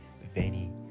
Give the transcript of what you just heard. Veni